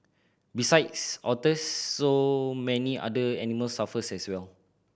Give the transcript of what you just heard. besides otters so many other animals suffer as well